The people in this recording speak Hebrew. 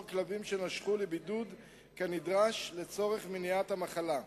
כלבים שנשכו לבידוד כנדרש לצורך מניעת המחלה.